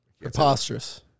preposterous